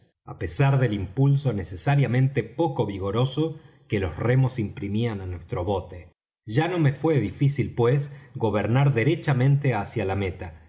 á pesar del impulso necesariamente poco vigoroso que los remos imprimían á nuestro bote ya no me fué difícil pues gobernar derechamente hacia la meta